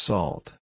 Salt